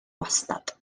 wastad